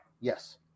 Yes